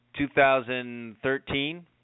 2013